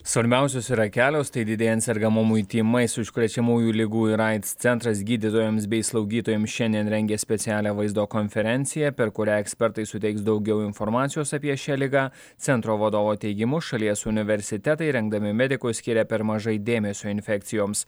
svarbiausios yra kelios tai didėjant sergamumui tymais užkrečiamųjų ligų ir aids centras gydytojams bei slaugytojams šiandien rengia specialią vaizdo konferenciją per kurią ekspertai suteiks daugiau informacijos apie šią ligą centro vadovo teigimu šalies universitetai rengdami medikus skiria per mažai dėmesio infekcijoms